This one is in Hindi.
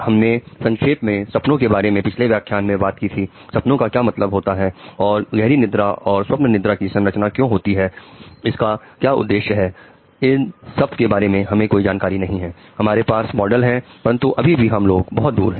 हमने संक्षेप में सपनों के बारे में पिछले व्याख्यान में बात की थी सपनों के क्या मतलब होते हैं और गहरी निद्रा और स्वप्न निद्रा की संरचना क्यों होती है इसका क्या उद्देश्य है इस सब बारे में हमें कोई जानकारी नहीं है हमारे पास मॉडल है परंतु अभी भी हम लोग बहुत दूर हैं